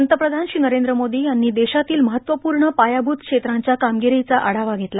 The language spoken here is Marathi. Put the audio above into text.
पंतप्रधान श्री नरेंद्र मोदी यांनी देशातील महत्त्वपूर्ण पायाभूत क्षेत्रांच्या कामगिरीचा आढावा घेतला